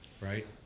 right